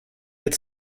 yet